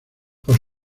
por